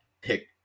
pick